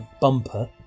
bumper